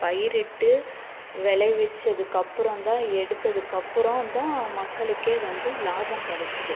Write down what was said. பயிரிட்டு விளைவிச்சதுக்கு அப்புறம் தான் எடுத்ததுக்கப்புறம் தான் மக்களுக்கே வந்து லாபம் கிடச்சுது